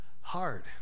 hard